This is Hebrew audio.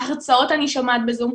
הרצאות אני שומעת לזום,